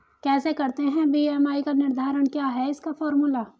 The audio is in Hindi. कैसे करते हैं बी.एम.आई का निर्धारण क्या है इसका फॉर्मूला?